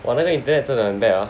我那个 internet 真的很 bad ah